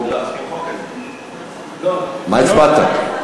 מה הצבעת?